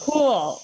Cool